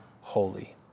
holy